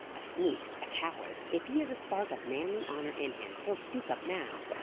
a sneak! a coward! if he has a spark of manly honour in him, he'll speak up now.